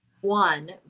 one